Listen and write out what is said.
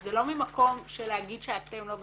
זה לא ממקום של להגיד שאתם לא בסדר,